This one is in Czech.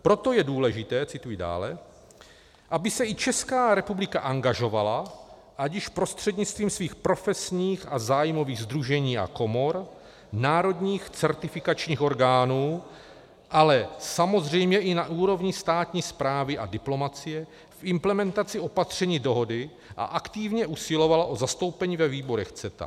Proto je důležité cituji dále , aby se i Česká republika angažovala ať již prostřednictvím svých profesních a zájmových sdružení a komor, národních certifikačních orgánů, ale samozřejmě i na úrovni státní správy a diplomacie v implementaci opatření dohody a aktivně usilovala o zastoupení ve výborech CETA.